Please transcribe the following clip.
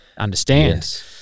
Understand